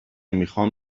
میخوام